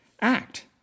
act